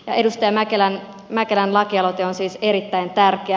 edustaja mäkelän lakialoite on siis erittäin tärkeä